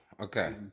okay